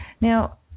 Now